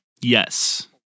yes